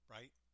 Right